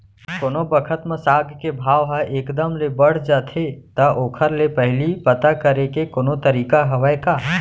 कोनो बखत म साग के भाव ह एक दम ले बढ़ जाथे त ओखर ले पहिली पता करे के कोनो तरीका हवय का?